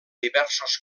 diversos